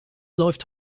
läuft